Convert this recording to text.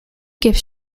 gift